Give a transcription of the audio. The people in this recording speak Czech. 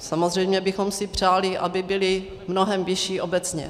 Samozřejmě bychom si přáli, aby byly mnohem vyšší obecně.